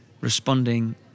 responding